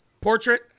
portrait